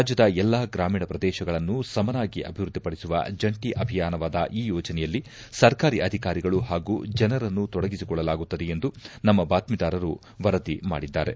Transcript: ರಾಜ್ಲದ ಎಲ್ಲಾ ಗ್ರಾಮೀಣ ಪ್ರದೇಶಗಳನ್ನು ಸಮನಾಗಿ ಅಭಿವೃದ್ದಿಪಡಿಸುವ ಜಂಟಿ ಅಭಿಯಾನವಾದ ಈ ಯೋಜನೆಯಲ್ಲಿ ಸರ್ಕಾರಿ ಅಧಿಕಾರಿಗಳು ಹಾಗೂ ಜನರನ್ನು ತೊಡಗಿಸಿಕೊಳ್ಳಲಾಗುತ್ತದೆ ಎಂದು ನಮ್ಮ ಬಾತ್ನೀದಾರರು ವರದಿ ಮಾಡಿದ್ದಾರೆ